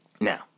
Now